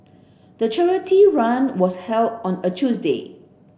the charity run was held on a Tuesday